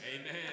Amen